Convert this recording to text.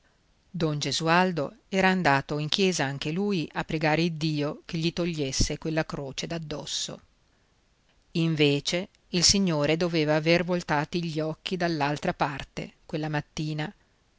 don gesualdo era andato in chiesa anche lui a pregare iddio che gli togliesse quella croce d'addosso invece il signore doveva aver voltati gli occhi dall'altra parte quella mattina